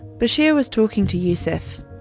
bashir was talking to yusuf.